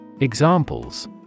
Examples